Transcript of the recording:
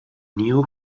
knew